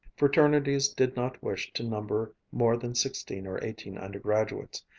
fraternities did not wish to number more than sixteen or eighteen undergraduates.